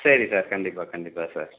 சரி சார் கண்டிப்பாக கண்டிப்பாக சார்